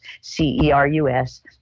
C-E-R-U-S